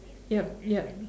yup yup